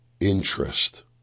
interest